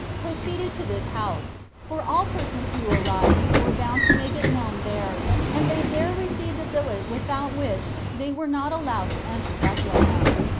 proceeded to this house, for all persons who arrived were bound to make it known there, and they there received a billet without which they were not allowed to enter bethlehem.